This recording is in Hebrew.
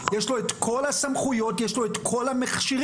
יש לו את כל הסמכויות ויש לו את כל המכשירים.